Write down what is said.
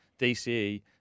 DCE